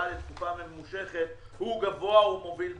לתקופה ממושכת הוא גבוה ומוביל במדינה.